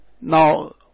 now